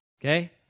Okay